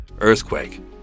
earthquake